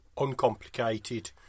uncomplicated